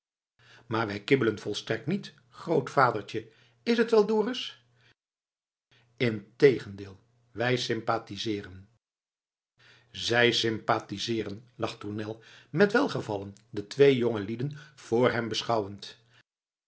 maar wij kibbelen volstrekt niet grootvadertje is t wel dorus integendeel wij sympathiseeren zij sympathiseeren lacht tournel met welgevallen de twee jongelieden vr hem beschouwend